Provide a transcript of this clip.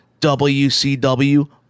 WCW